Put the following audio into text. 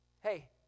hey